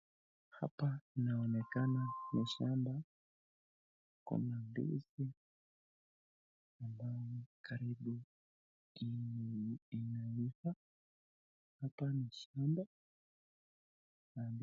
Hapa inaonekana ni shamba kuna ndizi ambazo karibu inaiva hapa ni shamba.